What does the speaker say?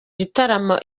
gitaramo